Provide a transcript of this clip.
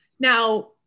Now